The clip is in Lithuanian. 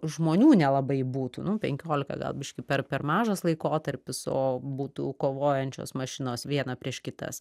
žmonių nelabai būtų nu penkiolika gal biškį per per mažas laikotarpis o būtų kovojančios mašinos viena prieš kitas